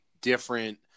different